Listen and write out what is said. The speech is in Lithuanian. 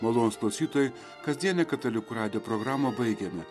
malonūs klausytojai kasdienę katalikų radijo programą baigiame